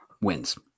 wins